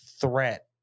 threat